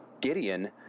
Gideon